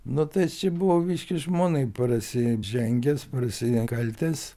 nu tai aš čia buvau biški žmonai prasižengęs prasikaltęs